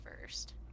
first